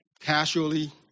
casually